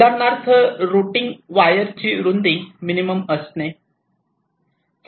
उदाहरणार्थ रुटींग वायरची रुंदी मिनिमम असणे